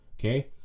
okay